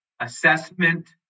assessment